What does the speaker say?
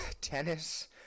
tennis